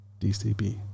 DCB